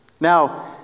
now